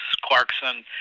Clarkson